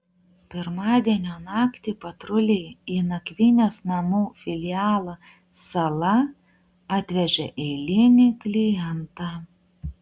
pirmadienio naktį patruliai į nakvynės namų filialą sala atvežė eilinį klientą